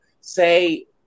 say